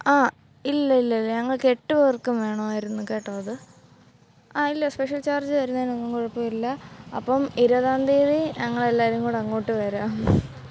ആ ഇല്ല ഇല്ല ഇല്ല ഞങ്ങൾക്ക് എട്ട് പേർക്കും വേണമായിരുന്നു കേട്ടോ അത് ആ ഇല്ല സ്പെഷ്യൽ ചാർജ് വരുന്നതിനൊന്നും കുഴപ്പമില്ല അപ്പോള് ഇരുപതാം തിയ്യതി ഞങ്ങളെവല്ലാരുംകൂടെ അങ്ങോട്ട് വരാം